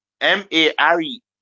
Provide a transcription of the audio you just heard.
M-A-R-E